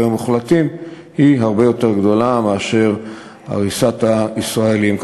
המוחלטים היא הרבה יותר גדולה מאשר ההריסה לישראלים.